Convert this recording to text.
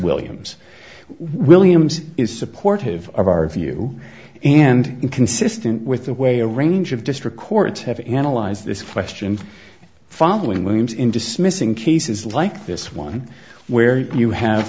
williams williams is supportive of our view and inconsistent with the way a range of district courts have analyzed this question following williams in dismissing cases like this one where you have